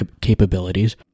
capabilities